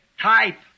Type